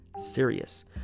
serious